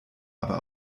aber